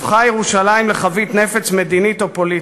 הפכה ירושלים לחבית נפץ מדינית או פוליטית.